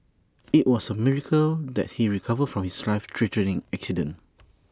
IT was A miracle that he recovered from his life threatening accident